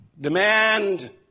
demand